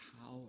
power